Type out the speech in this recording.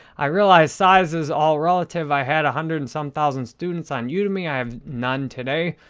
i realize size is all relative. i had a hundred and some thousand students on udemy. i have none today,